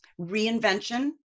reinvention